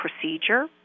procedure